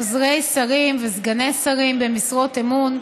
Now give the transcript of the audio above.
עוזרי שרים וסגני שרים במשרת אמון,